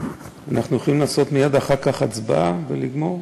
אנחנו יכולים לעשות מייד אחר כך הצבעה ולגמור?